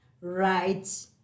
right